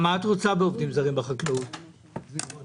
החלטה מנובמבר 2020 לקידום עוטף עזה.